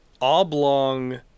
oblong